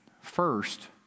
First